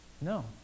No